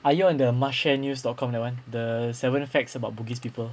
are you on the must share news dot com that one the seven facts about bugis people